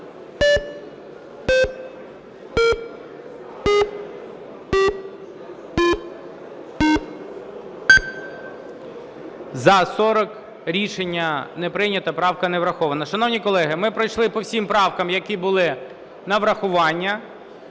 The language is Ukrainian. За-40 Рішення не прийнято. Правка не врахована. Шановні колеги, ми пройшли по всім правкам, які були на врахування.